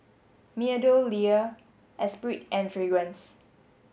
MeadowLea Espirit and Fragrance